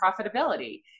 profitability